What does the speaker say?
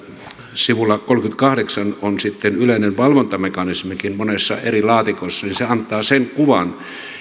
sivulla kolmekymmentäkahdeksan on sitten yleinen valvontamekanismikin monessa eri laatikossa ja se antaa sen kuvan